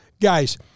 guys